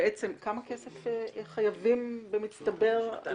כמה כסף אתם חייבים במצטבר?